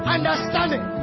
Understanding